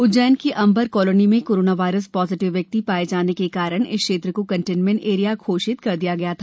उज्जैन की अंबर कॉलोनी में coronavirus positive व्यक्ति पाए जाने के कारण इस क्षेत्र को कंटेंटमेंट एरिया घोषित किया गया था